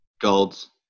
Gold's